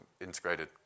integrated